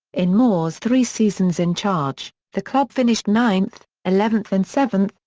in moore's three seasons in charge, the club finished ninth, eleventh and seventh,